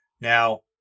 Now